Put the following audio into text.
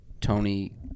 Tony